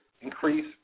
increase